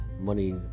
money